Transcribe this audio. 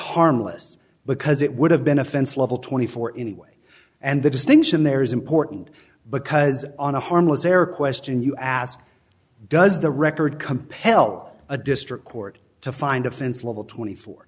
harmless because it would have been offense level twenty four anyway and the distinction there is important but because on a harmless error question you ask does the record compel a district court to find offense level twenty four